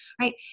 Right